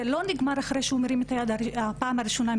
זה לא נגמר אחרי שהוא מרים את היד פעם ראשונה.